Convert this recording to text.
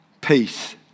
Peace